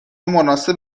مناسب